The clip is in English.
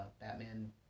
Batman